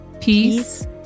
Peace